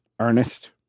Ernest